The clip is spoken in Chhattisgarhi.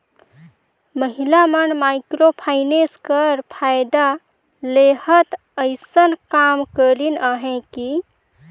महिला मन माइक्रो फाइनेंस कर फएदा लेहत अइसन काम करिन अहें कि